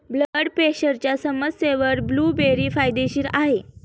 blood प्रेशरच्या समस्येवर blueberry फायदेशीर आहे